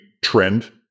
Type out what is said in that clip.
trend